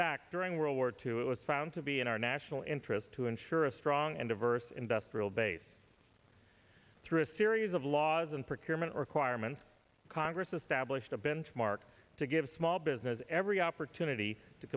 fact during world war two it was found to be in our national interest to ensure a strong and diverse industrial base through a series of laws and for criminal or quire meant congress established a benchmark to give small business every opportunity to